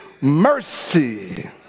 mercy